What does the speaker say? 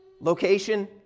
location